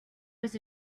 was